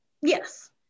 Yes